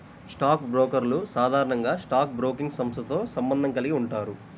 stock బ్రోకర్లు సాధారణంగా stock broking సంస్థతో సంబంధం కలిగి ఉంటారు